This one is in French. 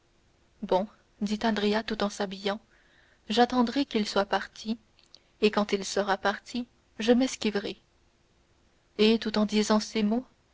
bon dit andrea tout en s'habillant j'attendrai qu'il soit parti et quand il sera parti je m'esquiverai et tout en disant ces mots